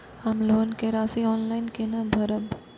हम लोन के राशि ऑनलाइन केना भरब?